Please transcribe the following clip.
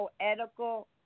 Poetical